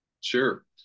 Sure